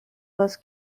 was